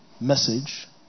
message